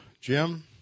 Jim